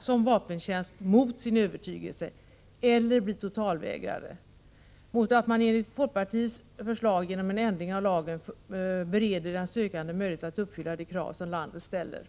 som vapentjänst mot sin övertygelse, eller bli totalvägrare, medan man enligt folkpartiets förslag genom en ändring av lagen bereder den sökande möjlighet att uppfylla de krav som landet ställer.